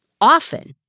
often